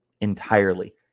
entirely